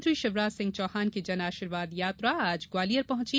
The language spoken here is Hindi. मुख्यमंत्री शिवराज सिंह चौहान की जन आशीर्वाद यात्रा आज ग्वालियर पहुँची